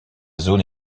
zone